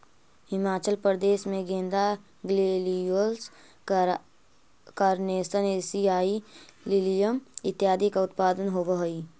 हिमाचल प्रदेश में गेंदा, gladiolus, carnation, एशियाई लिलियम इत्यादि का उत्पादन होवअ हई